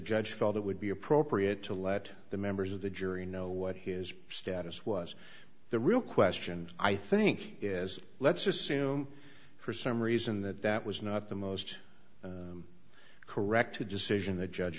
judge felt it would be appropriate to let the members of the jury know what his status was the real question i think is let's assume for some reason that that was not the most correct a decision the judge